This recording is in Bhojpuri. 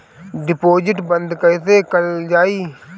डिपोजिट बंद कैसे कैल जाइ?